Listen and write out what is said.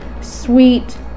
sweet